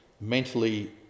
mentally